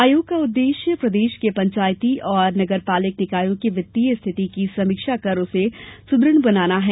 आयोग का उद्देश्य प्रदेश के पंचायती और नगरपालिक निकायों की वित्तीय स्थिति की समीक्षा कर उसे सुद्रढ़ बनाना है